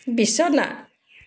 বিছনা